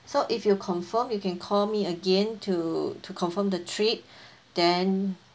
so if you confirm you can call me again to to confirm the trip then